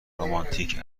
رومانتیک